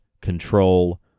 control